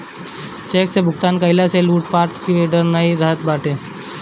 check से भुगतान कईला से लूटपाट कअ भी डर नाइ रहत बाटे